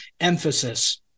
emphasis